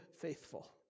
faithful